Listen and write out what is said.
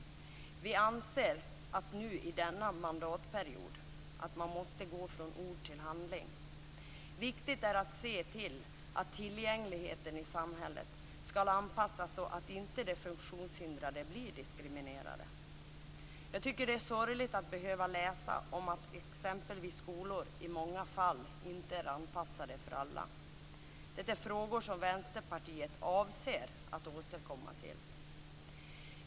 Vi anser att man måste gå från ord till handling under denna mandatperiod. Viktigt är att se till att tillgängligheten i samhället anpassas så att de funktionshindrade inte blir diskriminerade. Jag tycker att det är sorgligt att behöva läsa om att exempelvis skolor i många fall inte är anpassade för alla. Det är frågor som Vänsterpartiet avser att återkomma till.